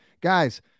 guys